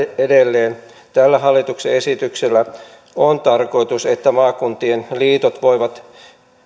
edelleen tällä hallituksen esityksellä on tarkoitus että maakuntien liitot voivat